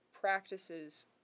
practices